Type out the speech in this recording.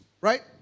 Right